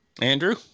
Andrew